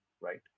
right